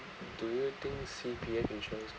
do you think C_P_F insurance